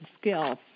skills